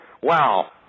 wow